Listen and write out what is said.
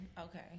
okay